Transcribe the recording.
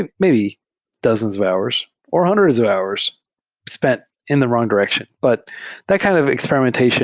and maybe dozens of hours, or hundreds of hours spent in the wrong direction. but that kind of experimentation